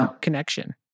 connection